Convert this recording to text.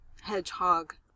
hedgehog